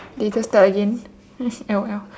later start again L O L